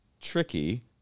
tricky